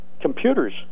computers